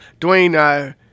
Dwayne